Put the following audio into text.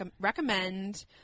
recommend